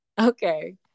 okay